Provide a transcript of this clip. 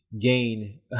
gain